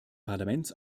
parlaments